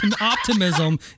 optimism